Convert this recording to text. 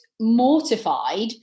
mortified